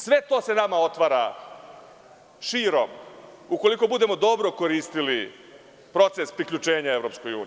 Sve to se nama otvara širom ukoliko budemo dobro koristili proces priključenja EU.